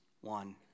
one